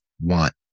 want